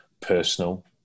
personal